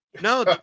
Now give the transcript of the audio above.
no